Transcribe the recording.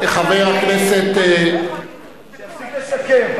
שיפסיק לשקר.